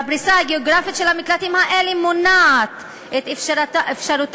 והפריסה הגיאוגרפית של המקלטים האלה מונעת מהרבה נשים את האפשרות